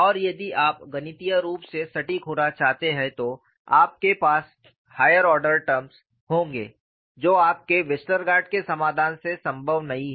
और यदि आप गणितीय रूप से सटीक होना चाहते हैं तो आपके पास हायर ऑर्डर टर्म्स होंगी जो आपके वेस्टरगार्ड के समाधान से संभव नहीं हैं